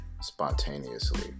spontaneously